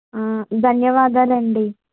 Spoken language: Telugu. ధన్యవాదాలండి